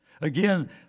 Again